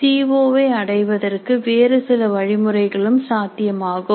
C O வை அடைவதற்கு வேறு சில வழிமுறைகளும் சாத்தியமாகும்